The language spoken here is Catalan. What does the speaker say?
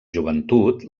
joventut